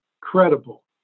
credible